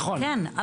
כן,